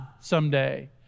someday